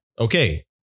okay